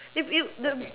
if you the